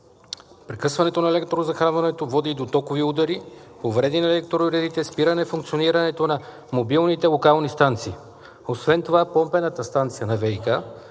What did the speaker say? Прекъсването на електрозахранването води и до токови удари, повреди на електроуредите, спиране функционирането на мобилните локални станции. Освен това помпената станция на ВиК